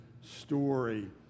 story